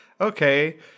okay